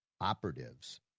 operatives